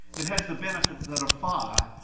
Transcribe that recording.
it has the benefit that a fire,